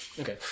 Okay